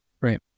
Right